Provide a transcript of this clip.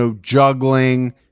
juggling